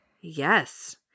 Yes